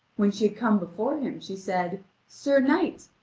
when she had come before him, she said sir knight,